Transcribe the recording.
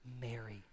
Mary